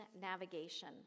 navigation